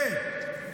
(אומר בערבית: את,